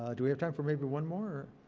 ah do we have time for maybe one more?